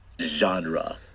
genre